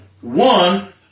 one